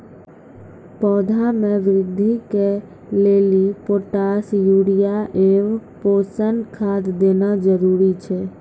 पौधा मे बृद्धि के लेली पोटास यूरिया एवं पोषण खाद देना जरूरी छै?